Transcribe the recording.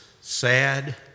sad